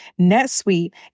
NetSuite